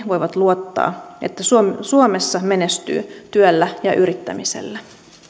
voivat luottaa että suomessa menestyy työllä ja yrittämisellä